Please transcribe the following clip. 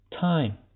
time